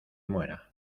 muera